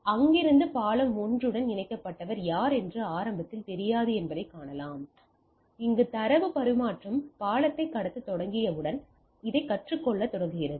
எனவே அங்கிருந்து பாலம் 1 உடன் இணைக்கப்பட்டவர் யார் என்று ஆரம்பத்தில் தெரியாது என்பதைக் காணலாம் அங்கு தரவு பரிமாற்றம் பாலத்தை கடத்தத் தொடங்கியவுடன் இதைக் கற்றுக்கொள்ளத் தொடங்குகிறது